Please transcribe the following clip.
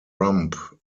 rump